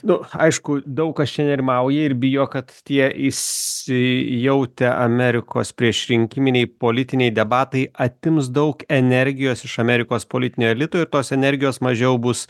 nu aišku daug kas čia nerimauja ir bijo kad tie įsijautę amerikos prieš rinkiminiai politiniai debatai atims daug energijos iš amerikos politinio elito ir tos energijos mažiau bus